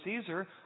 Caesar